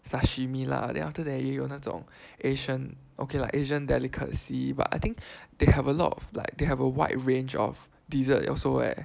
sashimi lah then after that 也有那种 Asian okay lah Asian delicacy but I think they have a lot of like they have a wide range of dessert also leh